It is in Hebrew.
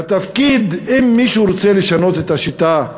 והתפקיד, אם מישהו רוצה לשנות את השיטה,